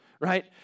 right